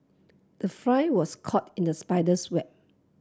the fly was caught in the spider's web